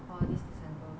orh this december